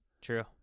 True